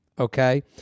okay